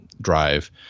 drive